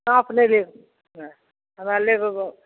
हँ अपने लेब हमरा लेबऽ